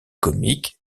comique